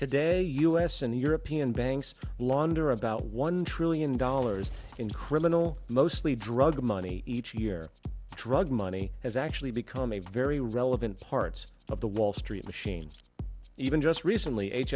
today us and the european banks launder about one trillion dollars in criminal mostly drug money each year drug money has actually become a very relevant parts of the wall street machines even just recently h